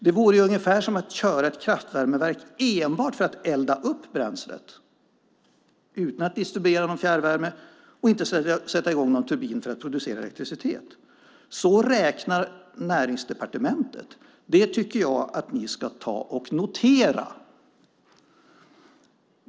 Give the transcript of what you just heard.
Det vore ungefär som att köra ett kraftvärmeverk enbart för att elda upp bränslet utan att distribuera någon fjärrvärme eller sätta i gång någon turbin för att producera elektricitet. Så räknar Näringsdepartementet. Det tycker jag att ni ska notera.